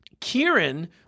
Kieran